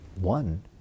One